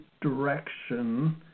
direction